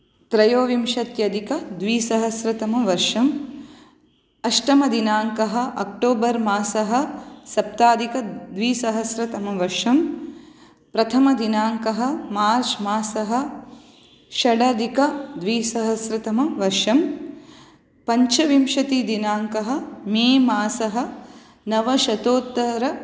त्रयोविंशत्यधिक द्विसहस्रतमवर्षम् अष्टमदिनाङ्कः अक्टोबर् मासः सप्ताधिकद्विसहस्रतमवर्षं प्रथमदिनाङ्कः मार्च् मासः षडधिकद्विसहस्रतमवर्षं पञ्चविंशति दिनाङ्कः मे मासः नवशतोत्तर